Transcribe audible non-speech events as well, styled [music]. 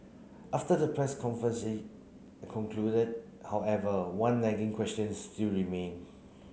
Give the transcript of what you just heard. after the press [unintelligible] concluded however one nagging questions still remain